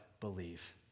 Believe